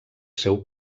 seu